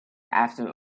after